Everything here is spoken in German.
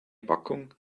packung